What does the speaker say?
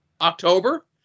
October